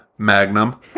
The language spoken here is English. magnum